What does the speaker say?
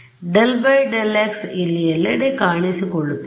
∂ ∂x ಇಲ್ಲಿ ಎಲ್ಲೆಡೆ ಕಾಣಿಸಿಕೊಳ್ಳುತ್ತಿದೆ